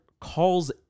calls